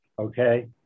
okay